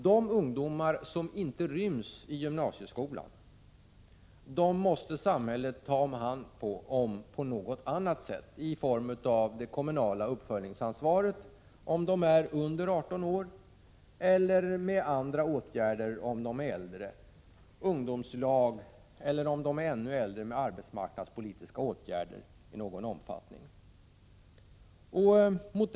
De ungdomar som inte ryms i gymnasieskolan måste samhället ta hand om på något annat sätt — genom åtgärder inom det kommunala uppföljningsansvaret, om de är under 18 år, eller genom andra åtgärder, t.ex. ungdomslag, om de är äldre, och genom arbetsmarknadspolitiska åtgärder om de är ännu äldre.